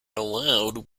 allowed